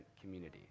community